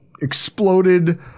exploded